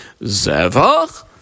Zevach